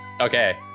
Okay